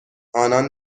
آنان